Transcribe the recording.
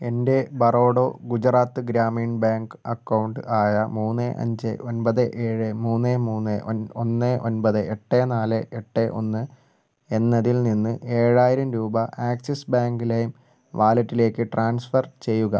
എൻ്റെ Baroda Gujarat Gramin bank account ആയ മൂന്ന് അഞ്ച് ഒൻപത് ഏഴ് മൂന്ന് മൂന്ന് ഒൻ ഒന്ന് ഒൻപത് എട്ട് നാല് എട്ട് ഒന്ന് എന്നതിൽ നിന്ന് ഏഴായിരം രൂപ ആക്സിസ് ബാങ്കിലെ വാലറ്റിലേക്ക് ട്രാൻസ്ഫർ ചെയ്യുക